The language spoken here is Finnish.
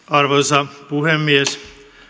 arvoisa puhemies